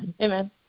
amen